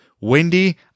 windy